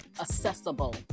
accessible